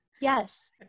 yes